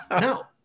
No